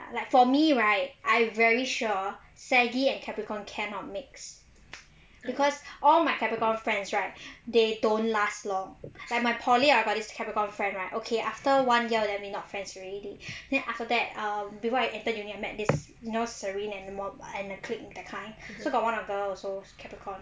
like for me right I very sure saggi and capricorn cannot mix because all my capricorn friends right they don't last long like my poly got this capricorn friend right okay after one year then we not friends already then after that um before I enter uni I met this you know serene and the mo~ and the clique that kind so got one girl also capricorn